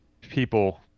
people